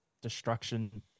destruction